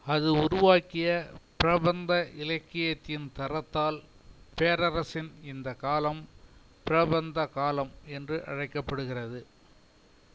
அது உருவாக்கிய பிரபந்த இலக்கியத்தின் தரத்தால் பேரரசின் இந்த காலம் பிரபந்த காலம் என்று அழைக்கப்படுகிறது